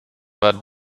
war